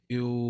eu